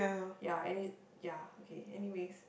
ya and it ya okay anyways